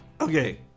okay